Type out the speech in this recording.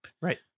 Right